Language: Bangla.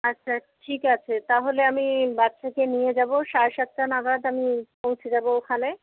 আচ্ছা ঠিক আছে তাহলে আমি বাচ্চাকে নিয়ে যাব সাড়ে সাতটা নাগাদ আমি পৌঁছে যাব ওখানে